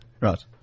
Right